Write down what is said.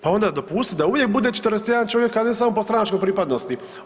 Pa onda dopusti da uvijek bude 41 čovjek, a ne samo po stranačkoj pripadnosti.